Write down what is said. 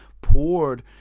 poured